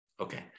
Okay